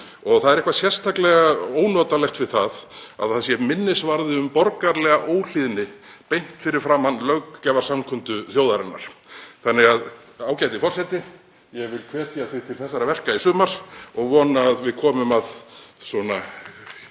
Það er eitthvað sérstaklega ónotalegt við það að minnisvarði um borgaralega óhlýðni sé beint fyrir framan löggjafarsamkundu þjóðarinnar. Ágæti forseti. Ég vil hvetja þig til þessara verka í sumar og vona að við komum að